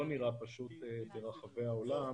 לא נראה פשוט ברחבי העולם.